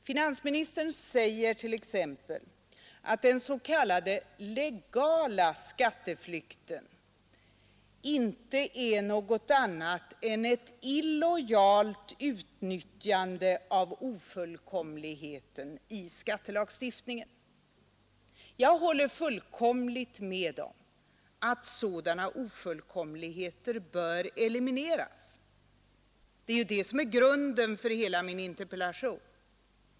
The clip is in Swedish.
Finansministern säger t.ex. att den s.k. legala skatteflykten inte är något annat än ett illojalt utnyttjande av ofullkomligheten i skattelagstiftningen. Jag håller helt med om att sådana ofullkomligheter bör elimineras — det är ju grunden för hela min interpellation.